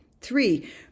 Three